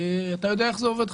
אתה יודע איך זה עובד,